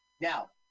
Now